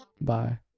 Bye